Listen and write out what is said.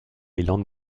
island